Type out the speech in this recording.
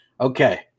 Okay